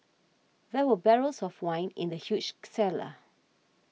there were barrels of wine in the huge cellar